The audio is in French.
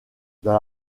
dans